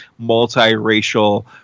multiracial